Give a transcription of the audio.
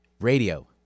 Radio